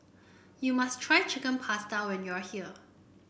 you must try Chicken Pasta when you are here